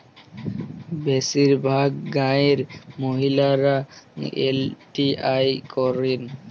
বেশিরভাগ গাঁয়ের মহিলারা এল.টি.আই করেন